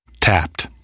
Tapped